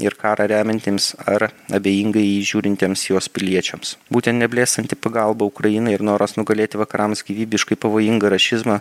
ir karą remiantiems ar abejingai į jį žiūrintiems jos piliečiams būtent neblėstanti pagalba ukrainai ir noras nugalėti vakarams gyvybiškai pavojingą rašizmą